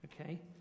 Okay